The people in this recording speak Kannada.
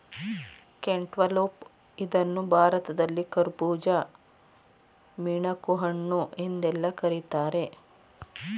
ಕ್ಯಾಂಟ್ಟಲೌಪ್ ಇದನ್ನು ಭಾರತದಲ್ಲಿ ಕರ್ಬುಜ, ಮಿಣಕುಹಣ್ಣು ಎಂದೆಲ್ಲಾ ಕರಿತಾರೆ